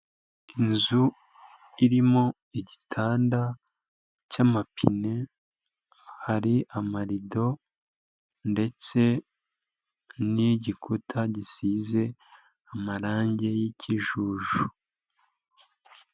Inzu irimo igitanda cy'amapine, hari amarido ndetse n'igikuta gisize amarange y'ikijuju.